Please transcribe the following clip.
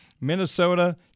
Minnesota